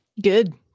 Good